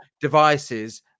devices